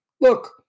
Look